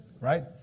Right